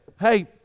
hey